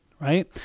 right